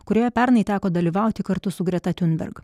kurioje pernai teko dalyvauti kartu su greta tiunberg